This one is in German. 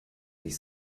sich